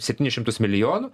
septynis šimtus milijonų